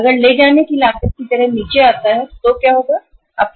अगर ले जाने की लागत की तरह नीचे आता है ऐसा होगा तो क्या होगा